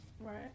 right